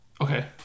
Okay